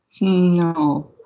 No